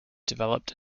developed